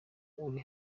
uri